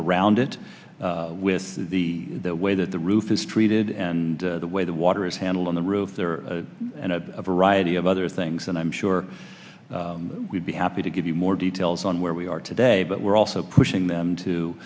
around it with the way that the roof is treated and the way the water is handled on the roof there and a variety of other things and i'm sure we'd be happy to give you more details on where we are today but we're also pushing them to